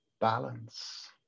balance